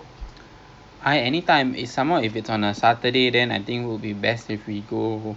oh okay oh okay sea aquarium pun the token so boleh mampu